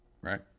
right